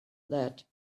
that